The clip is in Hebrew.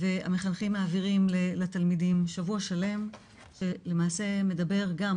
והמחנכים מעבירים לתלמידים שבוע שלם שלמעשה מדבר גם,